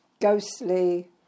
ghostly